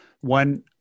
one